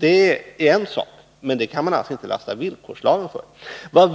är en sak, men det kan man alltså inte skylla på villkorslagen.